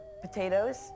potatoes